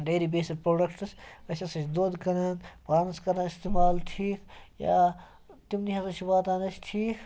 dairy based products أسۍ ہَسا چھِ دۄد کٕنان پانَس کران اِستعمال ٹھیٖک یا تِمنٕے ہَسا چھِ واتان أسۍ ٹھیٖک